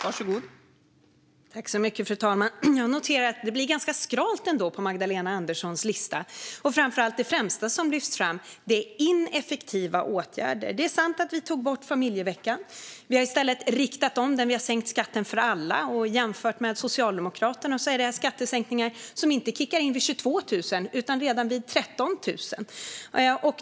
Fru talman! Jag noterar att det är ganska skralt på Magdalena Anderssons lista och framför allt att det främsta som lyfts fram är ineffektiva åtgärder. Det är sant att vi tog bort familjeveckan. Vi har i stället riktat om den. Vi har sänkt skatten för alla; jämfört med Socialdemokraterna är det skattesänkningar som inte kickar in vid 22 000 kronor i månaden utan vid 13 000.